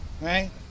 right